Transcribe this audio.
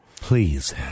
Please